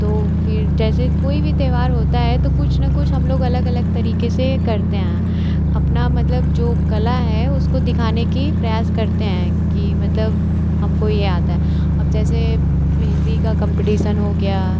तो फिर जैसे कोई भी त्यौहार होता है तो कुछ ना कुछ हम लोग अलग अलग तरीक़े से करते हैं अपना मतलब जो कला है उसको दिखाने का प्रयास करते हैं कि मतलब हमको यह आता है अब जैसे मेहंदी का कम्पटीसन हो गया